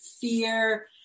fear